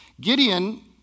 Gideon